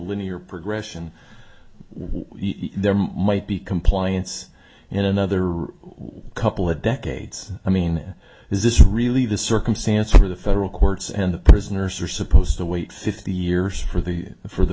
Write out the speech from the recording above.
linear progression there might be compliance and another couple of decades i mean there is this really the circumstance where the federal courts and the prisoners are supposed to wait fifty years for the for the